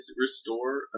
restore